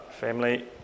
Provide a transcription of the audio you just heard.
family